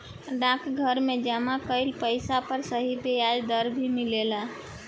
डाकघर में जमा कइल पइसा पर सही ब्याज दर भी मिलेला